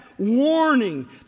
Warning